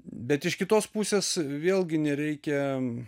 bet iš kitos pusės vėlgi nereikia